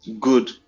good